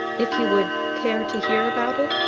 if you would care to hear about it?